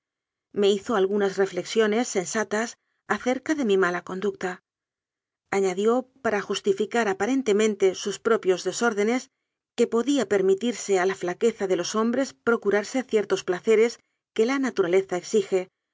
me hizo algunas reflexiones sensatas acerca de mi mala conducta añadió para justifi car aparentemente sus propios desórdenes que po día permitirse a la flaqueza de los hombres pro curarse ciertos placeres que la naturaleza exige